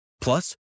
Plus